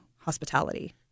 hospitality